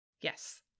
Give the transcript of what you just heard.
Yes